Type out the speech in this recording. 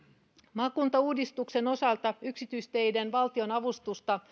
maakuntauudistuksen osalta yksityisteiden valtionavustukseen